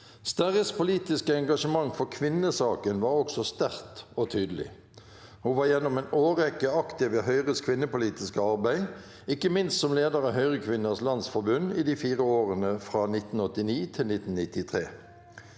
Sterris politiske engasjement for kvinnesaken var også sterkt og tydelig. Hun var gjennom en årrekke aktiv i Høyres kvinnepolitiske arbeid, ikke minst som leder av Høyrekvinners landsforbund i fire år fra 1989 til 1993.